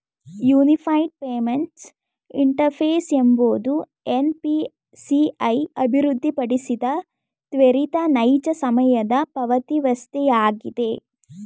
unified payments interface ಎಂಬುದು NPCI ಅಭಿವೃದ್ಧಿಪಡಿಸಿದ ತ್ವರಿತ ನೈಜ ಸಮಯದ ಪಾವತಿವಸ್ಥೆಯಾಗಿದೆ